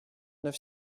neuf